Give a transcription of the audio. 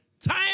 Time